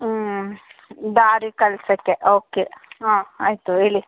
ಹ್ಞೂ ದಾರಿ ಕಳ್ಸೋಕ್ಕೆ ಓಕೆ ಹಾಂ ಆಯಿತು ಹೇಳಿ